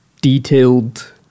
detailed